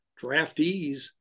draftees